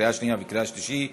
קריאה שנייה וקריאה שלישית.